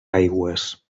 aigües